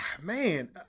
Man